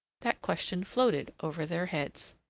that question floated over their heads.